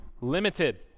limited